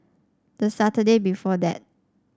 the Saturday before that